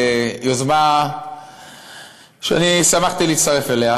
זו יוזמה שאני שמחתי להצטרף אליה,